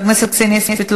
חברת הכנסת נורית קורן,